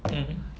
mmhmm